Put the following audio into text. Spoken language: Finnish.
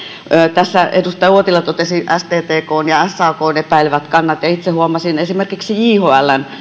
tässä edustaja uotila totesi sttkn ja sakn epäilevät kannat ja itse huomasin esimerkiksi jhln